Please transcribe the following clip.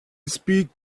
speak